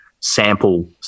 sample